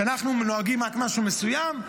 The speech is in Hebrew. שאנחנו נוהגים רק משהו מסוים,